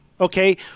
Okay